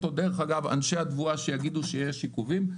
דרך אגב, אנשי התבואה שיגידו שיש עיכובים,